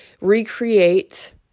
recreate